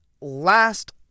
last